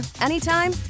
anytime